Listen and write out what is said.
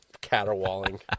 caterwauling